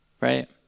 Right